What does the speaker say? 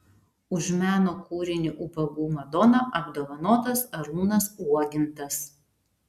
už meno kūrinį ubagų madona apdovanotas arūnas uogintas